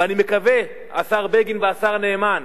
ואני מקווה, השר בגין והשר נאמן,